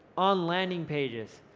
on landing pages.